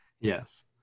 yes